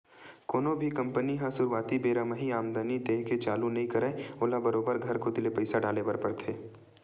कोनो भी कंपनी ह सुरुवाती बेरा म ही आमदानी देय के चालू नइ करय ओला बरोबर घर कोती ले पइसा डाले बर परथे